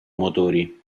motori